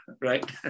Right